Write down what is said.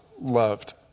loved